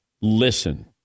listen